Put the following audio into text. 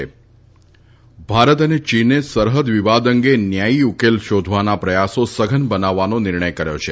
ત ભારત અને ચીને સરહદ વિવાદ અંગે ન્યાયી ઉકેલ શોધવાના પ્રયાસો સધન બનાવવાનો નિર્ણય કર્યો છે